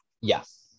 yes